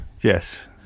Yes